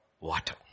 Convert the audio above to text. water